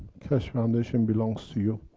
keshe foundation belongs to you.